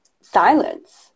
silence